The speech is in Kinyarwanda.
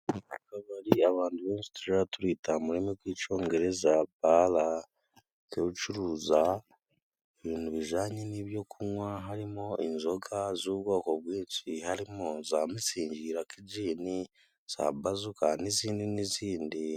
Akabari abantu benshi turaja turita mu rurimi rw'icongereza bara. Ikaba icuruza ibintu bijanye nibyo kunywa, harimo inzoga z'ubwoko bwinshi, harimo za mitsingi, rakijini, za bazoka n'izindi n'izindi.